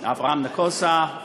אברהם נגוסה,